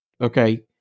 Okay